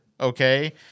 okay